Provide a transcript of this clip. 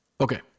okay